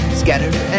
scattered